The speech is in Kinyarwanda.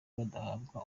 badahabwa